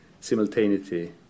simultaneity